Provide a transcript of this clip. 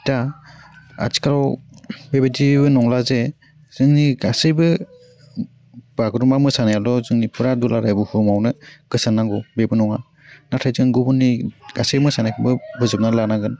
दा आथिखालाव बेबायदि नंला जे जोंनि गासैबो बागुरुम्बा मोसानायाल' जोंनि फुरा दुलाराइ बुहुमावनो गोसारनांगौ बेबो नङा नाथाय जों गुबुननि गासै मोसानायखौबो बोजबना लानांगोन